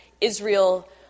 Israel